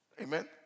Amen